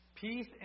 Peace